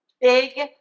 Big